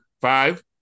Five